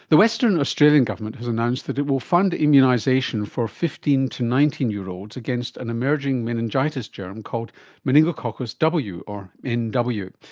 the western australian government has announced that it will fund immunisation for fifteen to nineteen year olds against an emerging meningitis germ called meningococcus w, or men w.